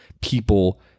people